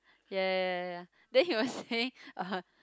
ya ya ya ya ya then he was saying uh